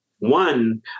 One